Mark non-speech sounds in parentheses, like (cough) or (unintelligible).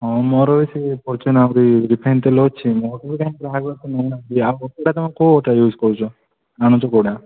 ହଁ ମୋର ବି ସେ ଫରଚ୍ୟୁନ୍ ବି ରିଫାଇନ୍ ତେଲ ଅଛି (unintelligible) ତମେ କେଉଁଟା ୟ୍ୟୁଜ୍ କରୁଛ ଆଣୁଛ କେଉଁଟା